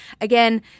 Again